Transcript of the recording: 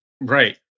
Right